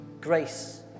Grace